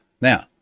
now